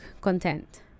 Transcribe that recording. content